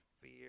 fear